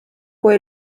kui